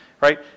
right